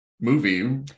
movie